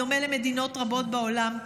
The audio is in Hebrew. בדומה למדינות רבות בעולם.